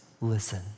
listen